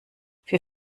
für